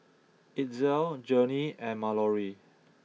Itzel Journey and Mallory